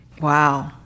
Wow